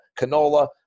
canola